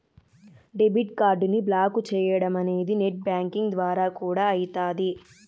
debit కార్డుని block చేయడమనేది net banking ద్వారా కూడా అయితాది